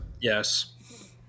Yes